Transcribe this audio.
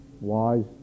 wise